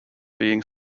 being